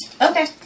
Okay